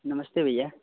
नमस्ते भईया